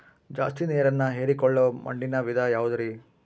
ಜಾಸ್ತಿ ನೇರನ್ನ ಹೇರಿಕೊಳ್ಳೊ ಮಣ್ಣಿನ ವಿಧ ಯಾವುದುರಿ?